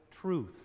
truth